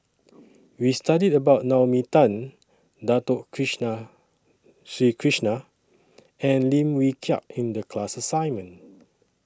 We studied about Naomi Tan Dato Krishna Sri Krishna and Lim Wee Kiak in The class assignment